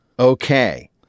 Okay